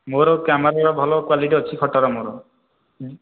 ମୋର କ୍ୟାମେରାର ଭଲ କ୍ୱାଲିଟି ଅଛି ଫଟୋର ମୋର